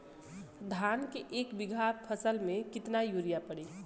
धान के एक बिघा फसल मे कितना यूरिया पड़ी?